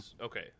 Okay